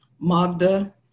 Magda